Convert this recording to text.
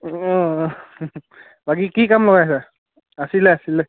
অ' অঁ বাকী কি কাম লগাইছা আছিলে আছিলে